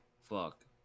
Fuck